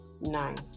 nine